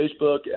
Facebook